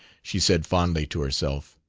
she said fondly, to herself.